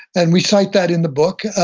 and we cite that in the book,